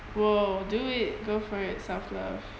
!whoa! do it go for it self love